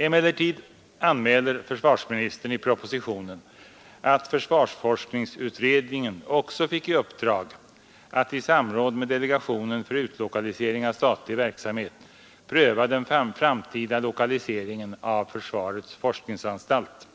Emellertid anmäler försvarsministern i propositionen att försvarsforskningsutredningen också fick i uppdrag att i samråd med delegationen för utlokalisering av statlig verksamhet pröva den framtida lokaliseringen av försvarets forskningsanstalt.